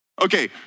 Okay